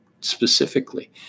specifically